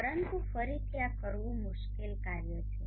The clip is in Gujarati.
પરંતુ ફરીથી આ કરવુ મુશ્કેલ કાર્ય છે